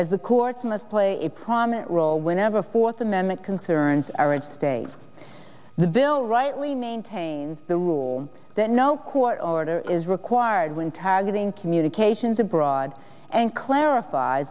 as the courts must play a prominent role whenever a fourth amendment concerns are at stake the bill rightly maintains the rule that no court order is required when targeting communications abroad and clarif